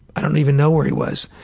i don't even know where he was,